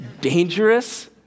Dangerous